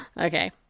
Okay